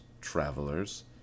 Travelers